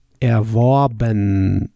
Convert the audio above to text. Erworben